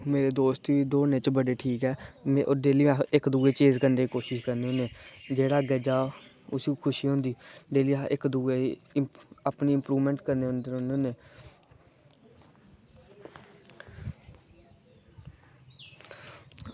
मेरे दोस्त बी दौड़ने च ठीक ऐ ते ओह् डेली अस इक्क दूऐ गी चेज़ करने दी कोशिश करने होने जेह्ड़ा अग्गें जा उसी खुशी होंदी डेली अस इक्क दूऐ गी इम्प्रूव करने गी जन्ने होने